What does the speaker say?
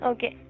Okay